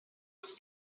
was